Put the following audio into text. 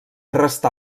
restà